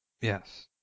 Yes